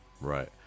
Right